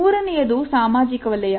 ಮೂರನೆಯದು ಸಾಮಾಜಿಕ ವಲಯ